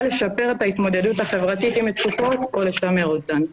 לשפר את ההתמודדות החברתית עם מצוקות או לשמר אותן.